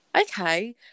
okay